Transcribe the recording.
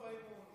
אני